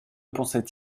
pensaient